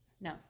No